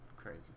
crazy